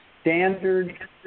standard